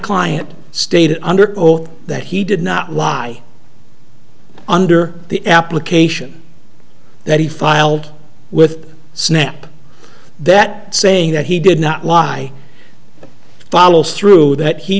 client stated under oath that he did not lie under the application that he filed with snap that saying that he did not lie follows through that he